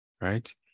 right